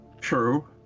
True